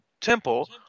Temple